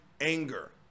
anger